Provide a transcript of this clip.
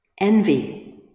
envy